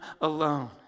alone